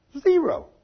Zero